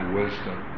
wisdom